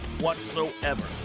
whatsoever